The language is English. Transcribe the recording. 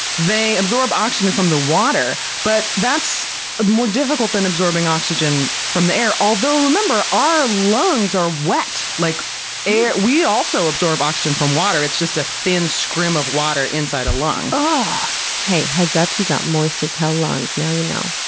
they absorb oxygen from the water, but that's more difficult than absorbing oxygen from the air. although, remember our lungs are wet. like we also absorb oxygen from water, it's just a thin scrim of water inside a lung. but hey, heads up. you got moist as hell lungs. now you know.